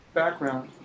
background